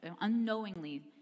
unknowingly